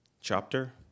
chapter